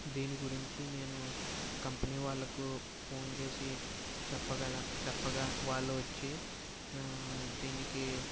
దీని గురించి నేను కంపెనీ వాళ్లకు ఫోన్ చేసి చెప్పగల చెప్పగా వాళ్ళు వచ్చి దీనికి